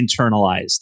internalized